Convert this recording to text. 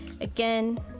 again